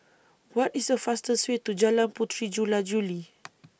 What IS The fastest Way to Jalan Puteri Jula Juli